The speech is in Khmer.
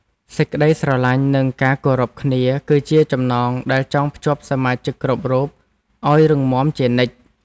សេចក្តីស្រឡាញ់ និងការគោរពគ្នា គឺជាចំណងដែលចងភ្ជាប់សមាជិកគ្រប់រូបឱ្យរឹងមាំជានិច្ច។